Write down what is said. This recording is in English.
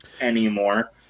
anymore